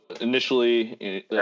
initially